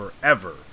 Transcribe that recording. forever